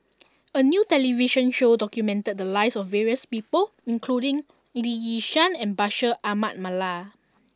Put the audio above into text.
a new television show documented the lives of various people including Lee Yi Shyan and Bashir Ahmad Mallal